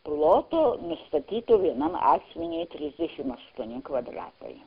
ploto nustatyto vienam asmeniui trisdešimt aštuoni kvadratai